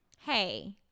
hey